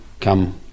come